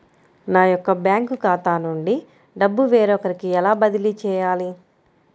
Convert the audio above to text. నా యొక్క బ్యాంకు ఖాతా నుండి డబ్బు వేరొకరికి ఎలా బదిలీ చేయాలి?